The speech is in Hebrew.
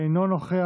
אינו נוכח.